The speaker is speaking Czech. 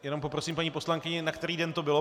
Jenom poprosím paní poslankyni, na který den to bylo.